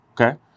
okay